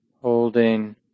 holding